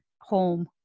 home